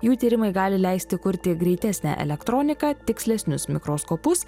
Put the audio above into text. jų tyrimai gali leisti kurti greitesnę elektroniką tikslesnius mikroskopus